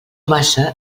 massa